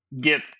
get